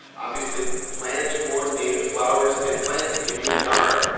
obviously, plant more native flowers and plants in your yard,